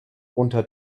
unter